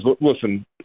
Listen